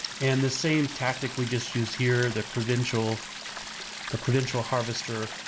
and the same tactic we just used here, the credential the credential harvester,